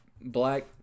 black